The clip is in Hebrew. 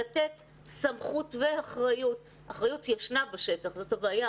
לתת סמכות ואחריות - אחריות בשטח קיימת וזו הבעיה,